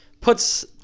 puts